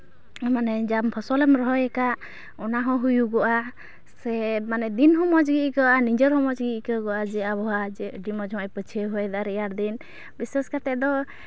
ᱢᱟᱱᱮ ᱡᱟᱢ ᱯᱷᱚᱥᱚᱞᱮᱢ ᱨᱚᱦᱚᱭ ᱠᱟᱫ ᱚᱱᱟ ᱦᱚᱸ ᱦᱩᱭᱩᱜᱚᱜᱼᱟ ᱥᱮ ᱫᱤᱱ ᱦᱚᱸ ᱢᱚᱡᱽ ᱜᱮ ᱟᱹᱭᱠᱟᱹᱜᱼᱟ ᱥᱮ ᱱᱤᱡᱮᱨ ᱦᱚᱸ ᱢᱚᱡᱽ ᱜᱮ ᱟᱹᱭᱠᱟᱹᱣᱜᱚᱜᱼᱟ ᱡᱮ ᱟᱵᱚᱦᱟᱣᱟ ᱟᱹᱰᱤ ᱢᱚᱡᱽᱦᱚᱸᱜᱼᱚᱭ ᱯᱟᱹᱪᱷᱭᱟᱹ ᱦᱚᱭᱫᱟ ᱨᱮᱭᱟᱲ ᱫᱤᱱ ᱵᱤᱥᱮᱥ ᱠᱟᱛᱮᱫ ᱫᱚ